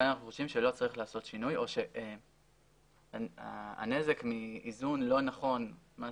כאן אנחנו חושבים שלא צריך לעשות שינוי או שהנזק מאיזון לא נכון מה